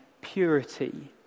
purity